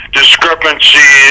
discrepancy